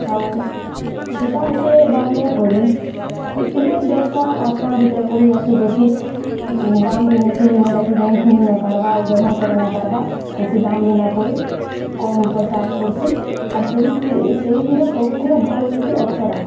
ଆଉ ସେଟା ହେତେ ଦାମ୍ ନାଇ ପଡ଼ି ବେଶିହି ଦଶ୍ ଟଙ୍କା ପାଞ୍ଚ୍ ଟଙ୍କା ଭିତରେ ପଡ଼ିଯାଏସିଁ ବେଶୀ ଦାମ୍ ବି ନେଇସି ଯେନ୍ଟା କି ଜଣେ ଘିନି ନାଇପାର୍ବା ଆଉ ବ୍ୟବହାର କରିନାଇପାର୍ବା ବେଶୀ ଦାମ୍ ବି ନାଇ ପଡ଼ି କମ୍ ପଇସା ପଡ଼୍ସିଁ ଆର୍ ସେହିଥିରୁ ସବୁଥିରୁ ଭଲ୍ ହେସି ଅପ୍ସରା